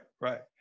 right